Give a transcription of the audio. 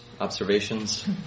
observations